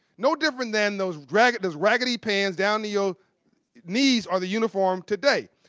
no different than those raggedy those raggedy pants down to your knees are the uniform today.